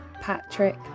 Patrick